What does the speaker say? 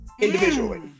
individually